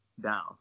down